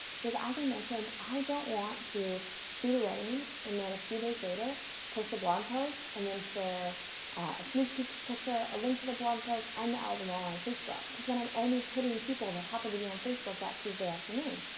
because as i mentioned, i don't want to shoot a wedding, and then a few days later post the blog post, and then share a sneak peek picture, a link to the blog post, and the album all on facebook. because then i'm only hitting people that happen to be on facebook that tuesday afternoon,